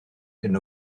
hyn